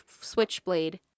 switchblade